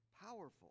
Powerful